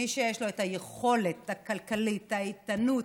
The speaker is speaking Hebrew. מי שיש לו היכולת הכלכלית, האיתנות,